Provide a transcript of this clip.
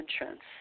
entrance